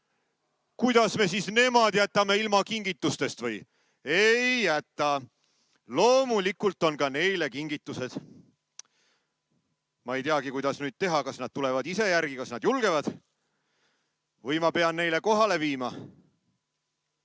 Kas me siis nemad jätame kingitustest ilma või? Ei jäta. Loomulikult on ka neile kingitused. Ma ei teagi, kuidas nüüd teha, kas nad tulevad ise järele, kas nad julgevad või ma pean neile kohale viima.